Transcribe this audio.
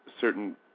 certain